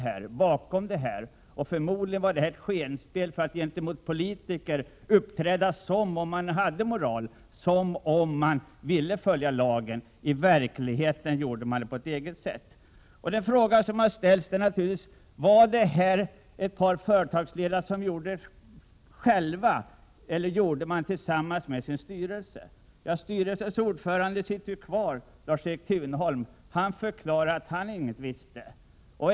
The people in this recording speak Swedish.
Förmodligen var hans agerande medvetet ett vilseledande spel för att gentemot politiker uppträda som om han hade moral, som om han ville följa lagen. I verkligheten gjorde han det på ett alldeles eget sätt. Den fråga som har ställts är: Var detta ett par företagsledare som gjorde detta på eget bevåg eller gjorde de olagligheterna tillsammans med sina resp. styrelser? Styrelsens ordförande, Lars-Erik Thunholm, sitter märkligt nog kvar. Han har förklarat att han inget visste.